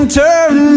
turn